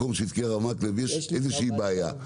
מקלב, יש איזו שהיא בעיה.